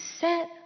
set